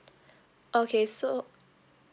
okay so